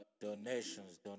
donations